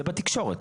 זה בתקשורת.